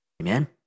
Amen